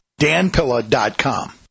danpilla.com